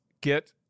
get